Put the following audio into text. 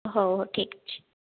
ହଉ ହଉ ଠିକ୍ଅଛି